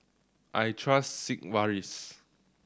I trust Sigvaris